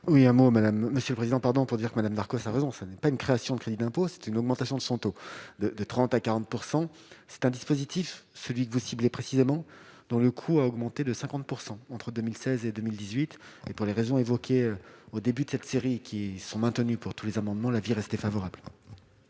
Oui, un mot, madame, monsieur le président, pardon, pour dire que Madame Marcos a raison, ce n'est pas une création de crédit d'impôt, c'est une augmentation de son taux de de 30 à 40 % c'est un dispositif celui que vous ciblez précisément, dont le coût a augmenté de 50 % entre 2016 et 2018 et pour les raisons évoquées au début de cette série qui sont maintenues pour tous les amendements la vie favorable.